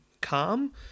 calm